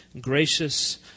gracious